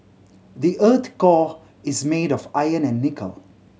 the earth's core is made of iron and nickel